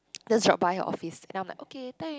just drop by her office then I'm like okay thanks